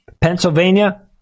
Pennsylvania